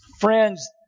Friends